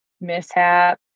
mishap